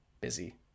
busy